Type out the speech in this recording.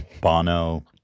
Bono